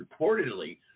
reportedly